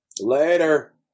Later